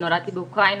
נולדתי באוקראינה,